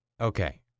Okay